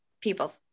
people